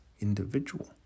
individual